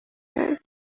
her